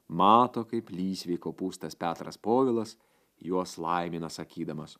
mato kaip lysvėj kopūstas petras povilas juos laimina sakydamas